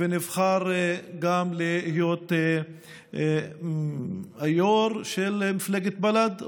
ונבחר להיות גם היו"ר של מפלגת בל"ד,